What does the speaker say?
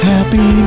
Happy